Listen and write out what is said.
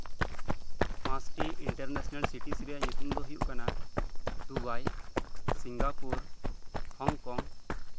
ᱯᱟᱸᱪᱴᱤ international cities ᱨᱮᱭᱟᱜ ᱧᱩᱛᱩᱢ ᱫᱚ ᱦᱩᱭᱩᱜ ᱠᱟᱱᱟ ᱫᱩᱵᱟᱭ ᱥᱤᱝᱜᱟᱯᱩᱨ ᱦᱚᱝᱠᱚᱝ